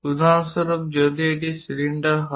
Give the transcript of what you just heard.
উদাহরণস্বরূপ যদি এটি একটি সিলিন্ডার হয়